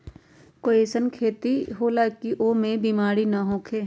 कोई अईसन खेती होला की वो में ई सब बीमारी न होखे?